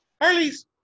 Harley's